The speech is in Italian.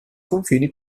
confini